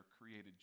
created